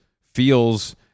feels